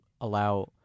allow